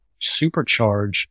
supercharge